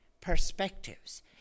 perspectives